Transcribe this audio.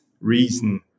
reason